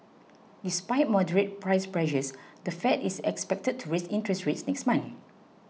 despite moderate price pressures the Fed is expected to raise interest rates next month